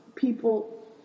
people